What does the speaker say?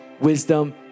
wisdom